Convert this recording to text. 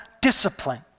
discipline